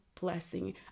blessing